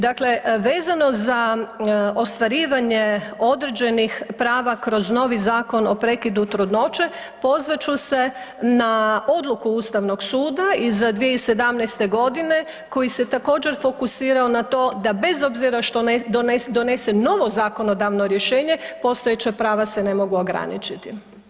Dakle, vezano za ostvarivanje određenih prava kroz novi Zakon o prekidu trudnoće, pozvat ću se na odluku Ustavnog suda iz 2017. godine koji se također fokusirao na to da bez obzira što donese novo zakonodavno rješenje postojeća prave se ne mogu ograničiti.